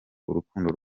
urukundo